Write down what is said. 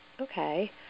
Okay